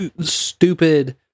stupid